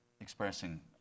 expressing